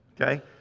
okay